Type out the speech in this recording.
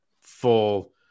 full